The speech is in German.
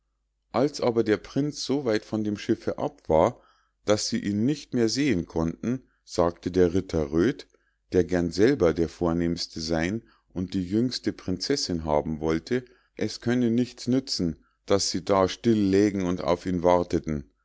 als aber der prinz so weit von dem schiff ab war daß sie ihn nicht mehr sehen konnten sagte der ritter röd der gern selber der vornehmste sein und die jüngste prinzessinn haben wollte es könne nichts nützen daß sie da still lägen und auf ihn warteten